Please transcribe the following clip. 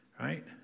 Right